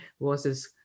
versus